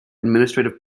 administrative